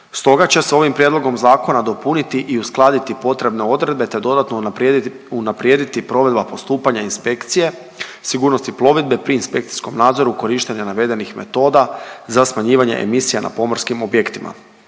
Stoga će se ovim prijedlogom zakona dopuniti i uskladiti potrebne odredbe, te dodatno unaprijediti provedba postupanja inspekcije sigurnosti plovidbe pri inspekcijskom nadzoru korištenja navedenih metoda za smanjivanje emisija na pomorskim objektima.